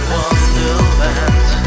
Wonderland